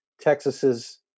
Texas's